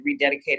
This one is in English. rededicated